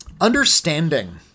Understanding